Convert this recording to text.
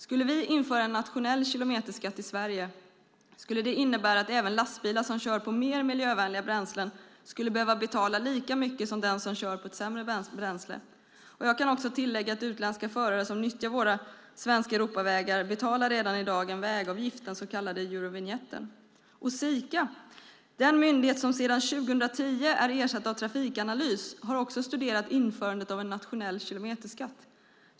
Skulle vi införa en nationell kilometerskatt i Sverige skulle det innebära att även lastbilar som kör på mer miljövänliga bränslen skulle behöva betala lika mycket som de som kör på ett sämre bränsle. Jag kan också tillägga att utländska förare som nyttjar våra svenska Europavägar redan i dag betalar en vägavgift, den så kallade eurovinjetten. Sika - den myndighet som sedan 2010 är ersatt av Trafikanalys - har också studerat införandet av en nationell kilometerskatt.